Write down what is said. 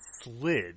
slid